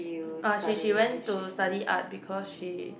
uh she she went to study art because she